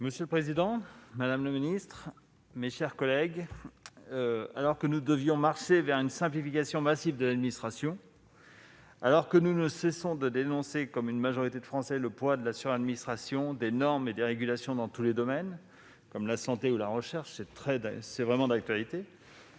Monsieur le président, madame la secrétaire d'État, mes chers collègues, alors que nous devions marcher vers une simplification massive de l'administration, alors que nous ne cessons de dénoncer, comme une majorité de Français, le poids de la suradministration, des normes et des régulations dans tous les domaines, comme la santé ou la recherche, et alors que